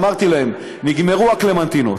אמרתי להם: נגמרו הקלמנטינות.